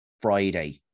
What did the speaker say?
Friday